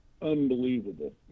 unbelievable